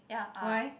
why